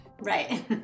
Right